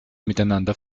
miteinander